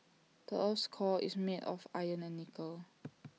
the Earth's core is made of iron and nickel